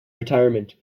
retirement